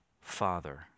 Father